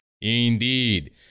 Indeed